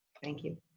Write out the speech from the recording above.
thank you!